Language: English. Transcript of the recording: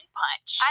punch